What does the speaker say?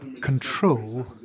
control